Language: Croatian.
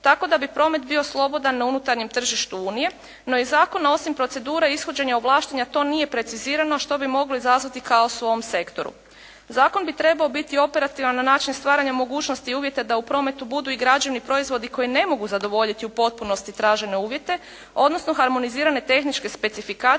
tako da bi promet bio slobodan na unutarnjem tržištu Unije. No, iz zakona osim procedure ishođenja ovlaštenja to nije precizirano što bi moglo izazvati kaos u ovom sektoru. Zakon bi trebao biti operativan na način stvaranja mogućnosti i uvjeta da u prometu budu i građevni proizvodi koji ne mogu zadovoljiti u potpunosti tražene uvjete, odnosno harmonizirane tehničke specifikacije.